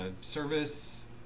service